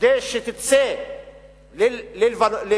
כדי שתצא לביירות,